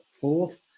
fourth